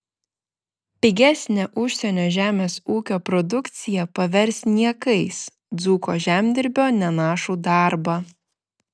pigesnė užsienio žemės ūkio produkcija pavers niekais dzūko žemdirbio nenašų darbą